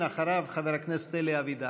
אחריו, חבר הכנסת אלי אבידר.